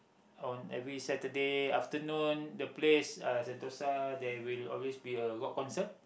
on every Saturday afternoon the place uh Sentosa there will always be a rock concerts